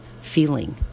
feeling